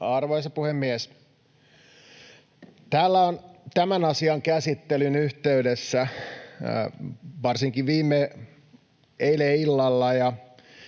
Arvoisa puhemies! Täällä on tämän asian käsittelyn yhteydessä, varsinkin eilen illalla